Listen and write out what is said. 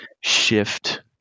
shift